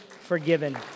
forgiven